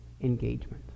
engagement